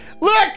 Look